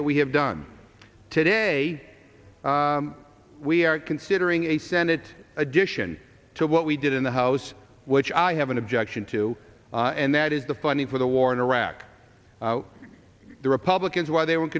that we have done today we are considering a senate addition to what we did in the house which i have an objection to and that is the funding for the war in iraq the republicans while they